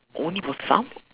only for some